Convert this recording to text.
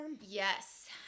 Yes